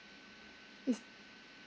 yes